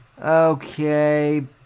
Okay